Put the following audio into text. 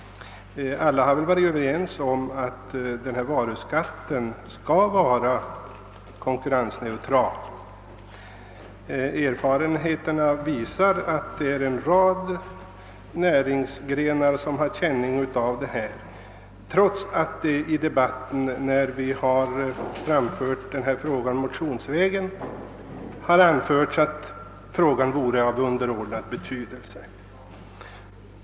Alla har väl varit överens om att denna varuskatt skall vara konkurrensneutral. Erfarenheterna visar dock att en rad näringsgrenar har känning av detta problem, trots att det i debatten, när vi har framfört denna fråga motionsvägen, har anförts att den vore av underordnad betydelse.